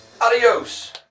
Adios